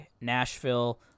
Nashville